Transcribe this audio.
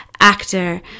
actor